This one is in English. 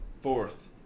fourth